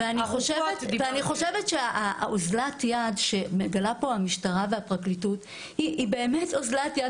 אני חושבת שאוזלת היד שמגלה פה המשטרה והפרקליטות היא באמת אוזלת יד,